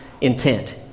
intent